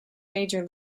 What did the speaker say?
major